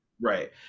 right